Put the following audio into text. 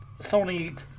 Sony